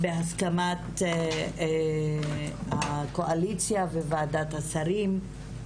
בהסכמת הקואליציה וועדת השרים.